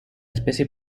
especie